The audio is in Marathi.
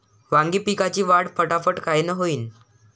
वांगी पिकाची वाढ फटाफट कायनं होईल?